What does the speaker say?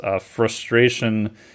frustration